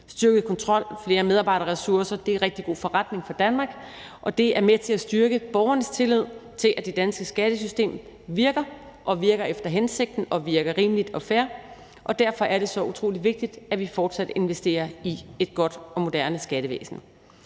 Styrket kontrol og flere medarbejderressourcer er en rigtig god forretning for Danmark, og det er med til at styrke borgernes tillid til, at det danske skattesystem virker og virker efter hensigten og virker rimeligt og fair, og derfor er det så utrolig vigtigt, at vi fortsat investerer i et godt og moderne skattevæsen.